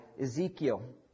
Ezekiel